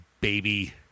baby